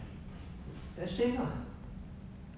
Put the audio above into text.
ashame lah